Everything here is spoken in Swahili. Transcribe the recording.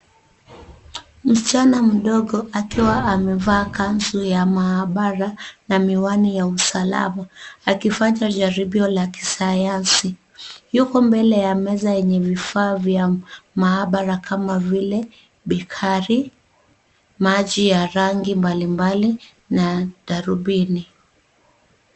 Msichana mdogo akiwa amevaa kanzu ya maabara na miwani ya usalama akifanya jaribio la kisayansi yuko mbele ya meza yenye vifaa vya maabara kama vile bikari maji ya rangi mbalimbali na darubini.